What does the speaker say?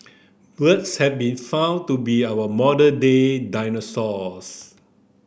birds have been found to be our modern day dinosaurs